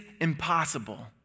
impossible